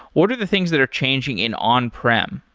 what are the things that are changing in on-prem?